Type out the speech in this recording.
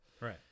Right